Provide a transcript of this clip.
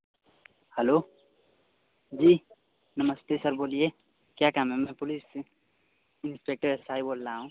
hello जी नमस्ते sir बोलिए क्या काम है में पुलिस से इन्स्पेक्टर बोल रहा हूँ